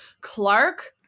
Clark